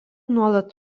nuolat